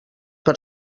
per